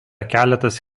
keletas